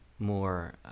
more